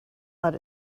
let